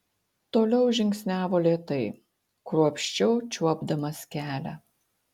toliau žingsniavo lėtai kruopščiau čiuopdamas kelią